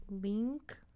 Link